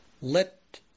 let